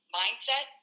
mindset